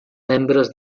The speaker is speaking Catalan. membres